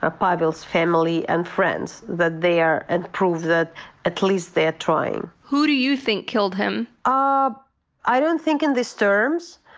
ah pavel's family and friends, that they are, and prove that at least they're trying. who do you think killed him? ah i don't think in these terms,